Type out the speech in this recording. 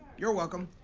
you're welcome.